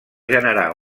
generar